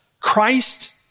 Christ